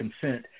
consent